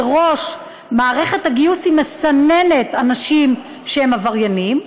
מראש מערכת הגיוס מסננת אנשים שהם עבריינים.